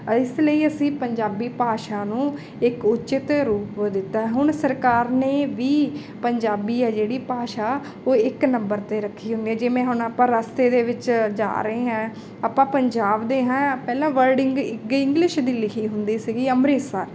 ਇਸ ਲਈ ਅਸੀਂ ਪੰਜਾਬੀ ਭਾਸ਼ਾ ਨੂੰ ਇੱਕ ਉਚਿਤ ਰੂਪ ਦਿੱਤਾ ਹੁਣ ਸਰਕਾਰ ਨੇ ਵੀ ਪੰਜਾਬੀ ਆ ਜਿਹੜੀ ਭਾਸ਼ਾ ਉਹ ਇੱਕ ਨੰਬਰ 'ਤੇ ਰੱਖੀ ਹੁੰਦੀ ਜਿਵੇਂ ਹੁਣ ਆਪਾਂ ਰਸਤੇ ਦੇ ਵਿੱਚ ਜਾ ਰਹੇ ਹਾਂ ਆਪਾਂ ਪੰਜਾਬ ਦੇ ਹਾਂ ਪਹਿਲਾਂ ਵਰਡਿੰਗ ਇੱਕ ਇੰਗਲਿਸ਼ ਦੀ ਲਿਖੀ ਹੁੰਦੀ ਸੀਗੀ ਅੰਮ੍ਰਿਤਸਰ